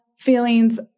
feelings